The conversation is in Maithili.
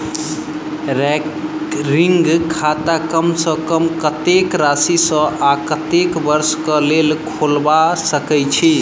रैकरिंग खाता कम सँ कम कत्तेक राशि सऽ आ कत्तेक वर्ष कऽ लेल खोलबा सकय छी